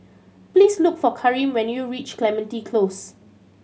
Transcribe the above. please look for Kareem when you reach Clementi Close